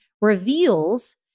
reveals